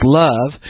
love